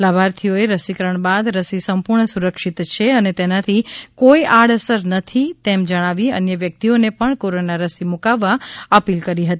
લાભાર્થીઓએ રસીકરણ બાદ રસી સંપૂર્ણ સુરક્ષિત છે અને તેનાથી કોઈ આડ અસર થતી નથી તેમ જણાવી અન્ય વ્યક્તિઓને કોરાના રસી મુકાવવા અપીલ કરી હતી